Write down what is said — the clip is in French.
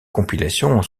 compilation